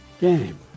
Game